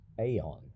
aeon